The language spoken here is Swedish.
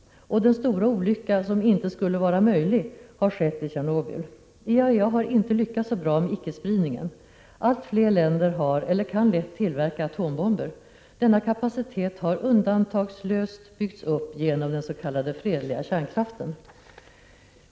Den stora olycka som inte skulle vara möjlig har skett i Tjernobyl. IAEA har inte lyckats så bra med icke-spridningen. Allt fler länder har eller kan lätt tillverka atombomber. Denna kapacitet här undantagslöst byggts upp genom den s.k. fredliga kärnkraften.